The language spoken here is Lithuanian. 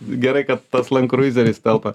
gerai kad pats landkruizeris telpa